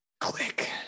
Click